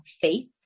faith